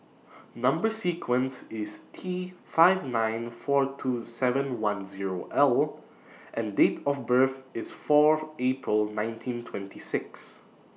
Number sequence IS T five nine four two seven one Zero L and Date of birth IS Fourth April nineteen twenty six